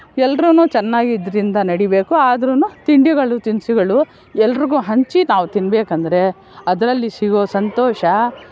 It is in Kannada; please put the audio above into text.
ಎಲ್ರೂ ಚೆನ್ನಾಗಿ ಇದರಿಂದ ನಡೀಬೇಕು ಆದ್ರೂ ತಿಂಡಿಗಳು ತಿನಿಸುಗಳು ಎಲ್ಲರಿಗೂ ಹಂಚಿ ನಾವು ತಿನ್ನಬೇಕೆಂದ್ರೆ ಅದರಲ್ಲಿ ಸಿಗೋ ಸಂತೋಷ